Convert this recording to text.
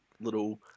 little